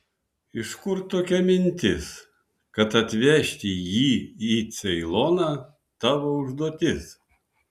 iš kur tokia mintis kad atvežti jį į ceiloną tavo užduotis